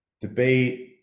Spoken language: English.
debate